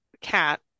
cat